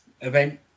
event